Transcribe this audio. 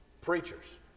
Preachers